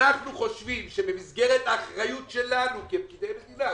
חושבים שזאת האחריות שלנו כפקידי מדינה.